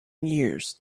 years